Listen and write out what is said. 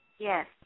Yes